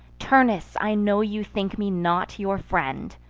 turnus, i know you think me not your friend,